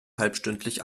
halbstündlich